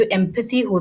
empathy